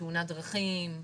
תאונת דרכים,